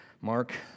Mark